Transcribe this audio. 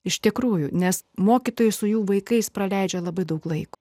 iš tikrųjų nes mokytojai su jų vaikais praleidžia labai daug laiko